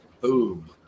boom